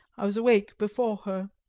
i was awake before her,